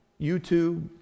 YouTube